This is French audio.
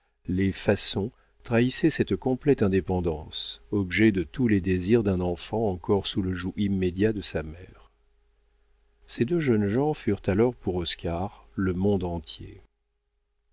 les façons trahissaient cette complète indépendance objet de tous les désirs d'un enfant encore sous le joug immédiat de sa mère ces deux jeunes gens furent alors pour oscar le monde entier